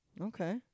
Okay